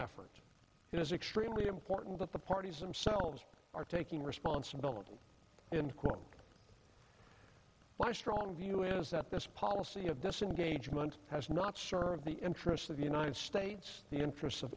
effort it is extremely important that the parties themselves are taking responsibility and my strong view is that this policy of disengagement has not served the interests of the united states the interests of